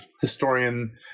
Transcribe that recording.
historian